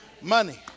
money